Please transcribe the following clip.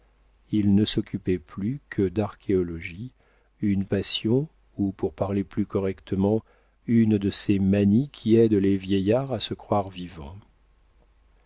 il ne s'occupait plus que d'archéologie une passion ou pour parler plus correctement une de ces manies qui aident les vieillards à se croire vivants